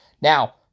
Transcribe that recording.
Now